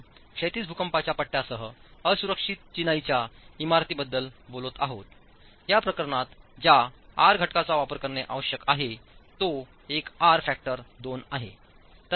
आपण क्षैतिज भूकंपाच्या पट्ट्यांसह असुरक्षित चिनाईच्या इमारतींबद्दल बोलत आहोत या प्रकरणात ज्या आर घटकांचा वापर करणे आवश्यक आहे तो एक आर फॅक्टर २ आहे